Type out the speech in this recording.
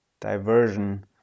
diversion